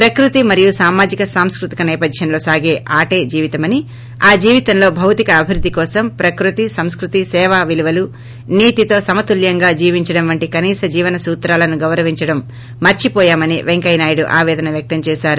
ప్రకృతి మరియు సామాజిక సాంస్కృతిక నేపథ్యంలో సాగే ఆటే జీవితమని ఆ జీవితంలో భౌతిక అభివృద్ది కోసం ప్రకృతి సంస్కృతి సేవా విలువలు నీతితో సమతుల్యంగా జీవించడం వంటి కనీస జీవన సూత్రాలను గౌరవించటం మర్పివోయామని పెంకయ్య నాయుడు ఆపేదన వ్యక్తం చేసారు